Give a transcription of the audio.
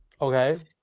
okay